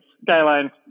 skyline